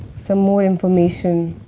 some more information